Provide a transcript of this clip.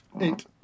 Eight